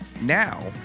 now